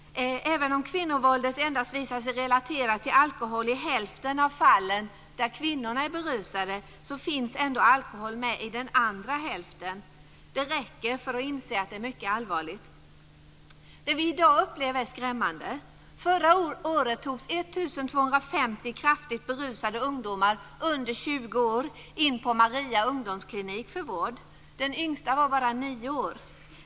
Även om kvinnovåldet visar sig relaterat till alkohol på så sätt att kvinnorna är berusade i endast hälften av fallen, finns ändå alkohol med i den andra hälften. Det räcker för att inse att det är mycket allvarligt. Det vi i dag upplever är skrämmande. Förra året togs 1 250 kraftigt berusade ungdomar under 20 år in på Maria ungdomsklinik för vård. Den yngsta var bara nio år.